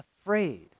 afraid